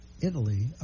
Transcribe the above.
Italy